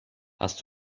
hast